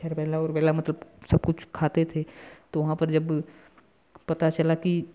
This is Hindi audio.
झरबैला उरबैला मतलब सब कुछ खाते थे तो वहाँ पर जब पता चला कि